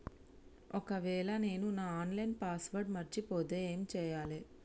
ఒకవేళ నేను నా ఆన్ లైన్ పాస్వర్డ్ మర్చిపోతే ఏం చేయాలే?